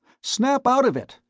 snap out of it!